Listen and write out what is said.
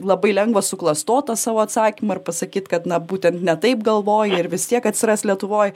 labai lengva suklastot tą savo atsakymą ir pasakyt kad na būtent taip galvoja ir vis tiek atsiras lietuvoj